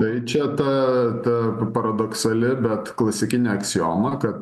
tai čia ta ta paradoksali bet klasikinė aksioma kad